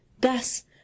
Thus